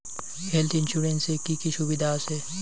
Health insurance এ কি কি সুবিধা আছে?